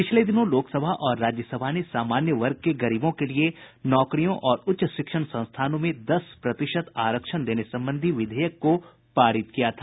पिछले दिनों लोकसभा और राज्यसभा ने सामान्य वर्ग के गरीबों के लिए नौकरियों और उच्च शिक्षण संस्थानों में दस प्रतिशत आरक्षण देने संबंधी विधेयक को पारित किया था